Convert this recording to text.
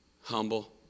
humble